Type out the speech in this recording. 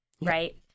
right